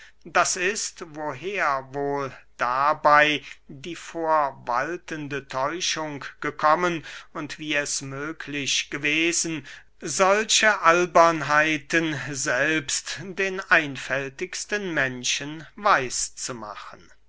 d i woher wohl die dabey vorwaltende täuschung gekommen und wie es möglich gewesen solche albernheiten selbst den einfältigsten menschen weiß zu machen